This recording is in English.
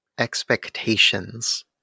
expectations